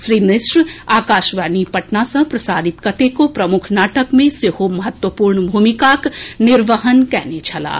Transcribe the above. श्री मिश्र आकाशवाणी पटना सँ प्रसारित कतेको प्रमुख नाटक मे सेहो महत्वूपर्ण भूमिकाक निर्वहन कएने छलाह